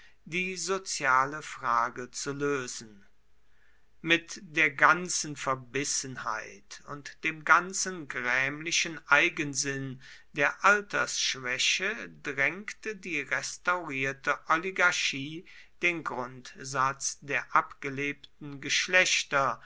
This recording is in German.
die soziale frage zu lösen mit der ganzen verbissenheit und dem ganzen grämlichen eigensinn der altersschwäche drängte die restaurierte oligarchie den grundsatz der abgelebten geschlechter